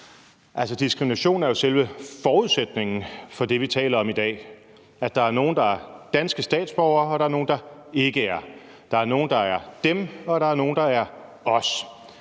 Diskrimination er jo selve forudsætningen for det, som vi taler om i dag, altså at der er nogle, der er danske statsborgere, og at der er nogle, der ikke er det, at der er nogle, der er »dem«, og at der er nogle, der er »os«.